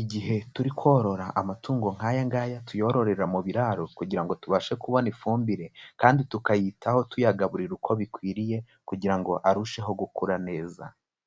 igihe turi korora amatungo nk'aya ngaya tuyororera mu biraro kugira ngo tubashe kubona ifumbire kandi tukayitaho tuyagaburira uko bikwiriye kugira ngo arusheho gukura neza.